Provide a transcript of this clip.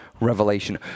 revelation